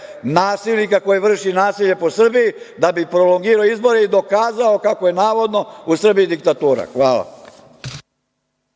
nasilnika koji vrši nasilje po Srbiji, da bi prolongirao izbore i dokazao kako je navodno u Srbiji diktatura. Hvala.